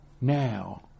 now